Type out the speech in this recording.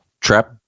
trap